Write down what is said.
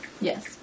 Yes